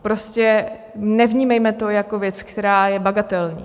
Prostě nevnímejme to jako věc, která je bagatelní.